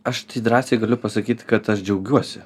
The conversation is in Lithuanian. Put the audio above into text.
aš drąsiai galiu pasakyt kad aš džiaugiuosi